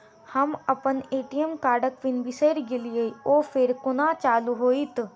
हम अप्पन ए.टी.एम कार्डक पिन बिसैर गेलियै ओ फेर कोना चालु होइत?